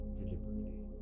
deliberately